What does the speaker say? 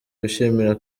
wishimira